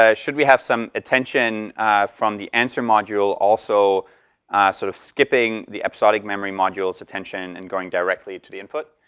ah should we have some attention from the answer module also sort of skipping the episodic memory module's attention and going directly to the input?